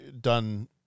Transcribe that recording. done